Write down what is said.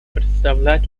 представлять